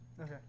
Okay